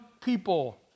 people